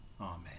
Amen